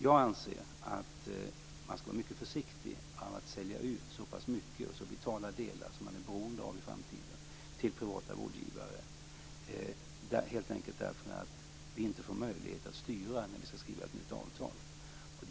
Jag anser att man skall vara mycket försiktig med att sälja ut så pass mycket och så vitala delar som man är beroende av i framtiden till privata vårdgivare, helt enkelt därför att man inte får möjlighet att styra när man skall skriva ett nytt avtal.